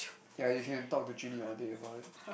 ya you can talk to Junyi all day about it